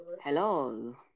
Hello